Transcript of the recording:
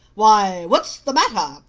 why, what's the matter?